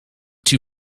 too